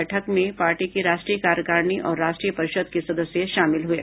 बैठक में पार्टी की राष्ट्रीय कार्यकारिणी और राष्ट्रीय परिषद के सदस्य शामिल हुये